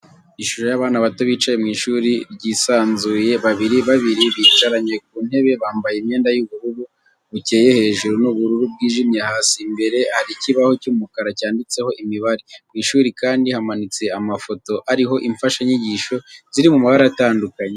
Ishusho y'abana bato bicaye mu ishuri ryisanzuye, babiri babiri bicaranye ku ntebe bambaye imyenda y'ubururu bukeye hejuru n'ubururu bwijimye hasi, imbere hari ikibaho cy'umukara cyanditseho imibare, mu ishuri kandi hamanitse amafoto ariho imfashanyigisho ziri mu mabara atandukanye.